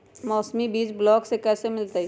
मौसमी बीज ब्लॉक से कैसे मिलताई?